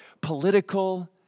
political